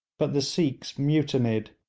but the sikhs mutinied,